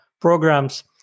programs